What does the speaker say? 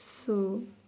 so